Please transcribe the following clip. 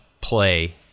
play